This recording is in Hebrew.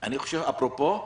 אפרופו,